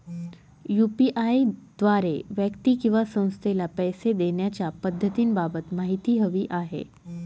UPI द्वारे व्यक्ती किंवा संस्थेला पैसे देण्याच्या पद्धतींबाबत माहिती हवी आहे